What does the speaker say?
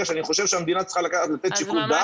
שאני חושב שהמדינה צריכה לתת שיקול דעת,